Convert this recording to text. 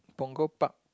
Punggol Park